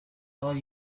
all